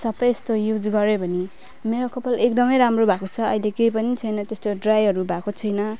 सब यस्तो युज गऱ्यो भने मेरो कपाल एकदम राम्रो भएको छ अहिले केही पनि छैन त्यस्तो ड्राइहरू भएको छैन